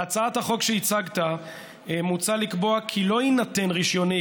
בהצעת החוק שהצגת מוצע לקבוע כי לא יינתן רישיון